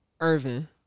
Irvin